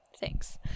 Thanks